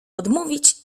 odmówić